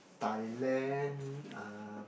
Thailand uh